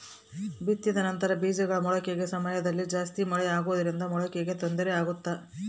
ಬಿತ್ತಿದ ನಂತರ ಬೇಜಗಳ ಮೊಳಕೆ ಸಮಯದಲ್ಲಿ ಜಾಸ್ತಿ ಮಳೆ ಆಗುವುದರಿಂದ ಮೊಳಕೆಗೆ ತೊಂದರೆ ಆಗುತ್ತಾ?